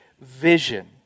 vision